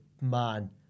man